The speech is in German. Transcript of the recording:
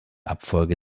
abfolge